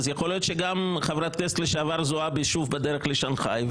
אז יכול להיות שגם חברת הכנסת לשעבר זועבי שוב בדרך לשנגחאי,